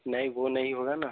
नहीं वो नहीं होगा ना